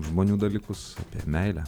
žmonių dalykus apie meilę